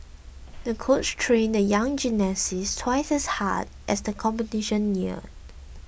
the coach trained the young gymnast twice as hard as the competition neared